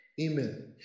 Amen